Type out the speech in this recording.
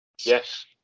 yes